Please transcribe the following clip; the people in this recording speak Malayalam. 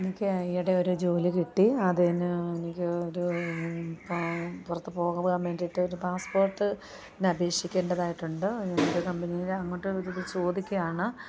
എനിക്ക് ഈയിടെ ഒരു ജോലി കിട്ടി അതിന് എനിക്കൊരു പാ പുറത്തു പോകുവാൻ വേണ്ടിയിട്ട് ഒരു പാസ്സ്പോർട്ട് ന് അപേക്ഷിക്കേണ്ടതായിട്ടുണ്ട് ഞങ്ങളുടെ കമ്പനിലെ അങ്ങോട്ട് ഒരിത് ചോദിക്കുകയാണ്